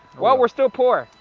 well, we're still poor.